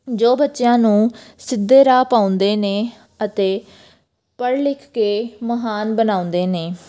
ਜੋ ਬੱਚਿਆਂ ਨੂੰ ਸਿੱਧੇ ਰਾਹ ਪਾਉਂਦੇ ਨੇ ਅਤੇ ਪੜ੍ਹ ਲਿਖ ਕੇ ਮਹਾਨ ਬਣਾਉਂਦੇ ਨੇ